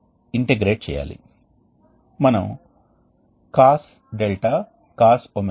కాబట్టి ఇక్కడ ఆవిరి ఉత్పత్తి జరుగుతుంది మరియు అది ఆవిరి డ్రమ్కు వెళుతుంది ఇక్కడ ఆవిరి బయటకు తీయబడుతుంది